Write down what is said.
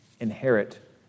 inherit